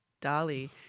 Dolly